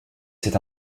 c’est